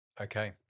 Okay